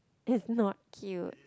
is not cute